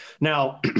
now